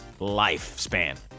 lifespan